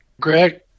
Greg